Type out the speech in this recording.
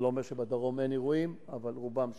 זה לא אומר שבדרום אין אירועים, אבל רובם שם.